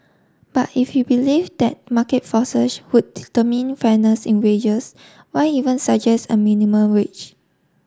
but if you believe that market forces would determine fairness in wages why even suggest a minimum wage